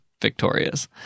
victorious